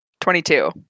Twenty-two